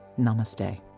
Namaste